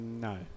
No